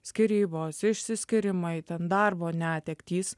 skyrybos išsiskyrimai ten darbo netektys